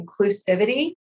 inclusivity